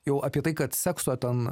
jau apie tai kad sekso ten